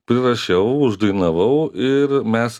prirašiau uždainavau ir mes